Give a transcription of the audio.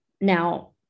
now